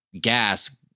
gas